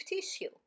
tissue